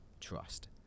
trust